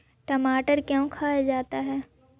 टमाटर क्यों खाया जाता है?